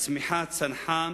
הצמיחה צנחה